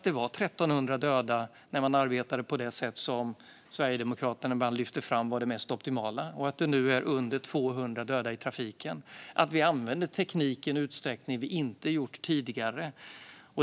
Det var 1 300 döda i trafiken när man arbetade på det sätt som Sverigedemokraterna ibland lyfter fram som det mest optimala, och nu är det under 200. Vi använder teknik i en utsträckning vi inte gjort tidigare.